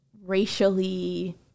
racially